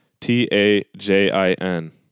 T-A-J-I-N